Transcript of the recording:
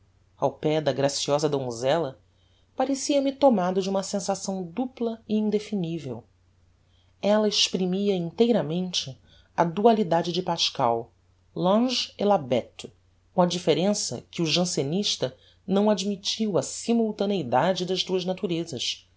ao pé da graciosa donzella parecia-me tomado de uma sensação dupla e indefinivel ella exprimia inteiramente a dualidade de pascal l'ange et la bête com a differença que o jansenista não admittia a simultaneidade das duas naturezas